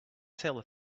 tailor